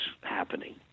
happening